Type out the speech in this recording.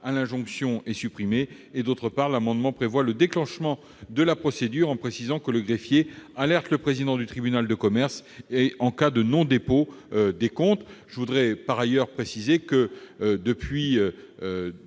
l'injonction, est supprimée, et, d'autre part, je le disais, l'amendement tend à prévoir le déclenchement de la procédure en précisant que le greffier alerte le président du tribunal de commerce en cas de non-dépôt des comptes. Je précise par ailleurs que, depuis